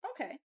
Okay